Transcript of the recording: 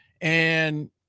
and-